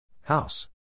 house